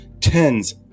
tens